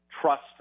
trust